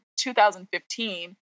2015